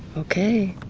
okay.